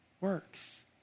works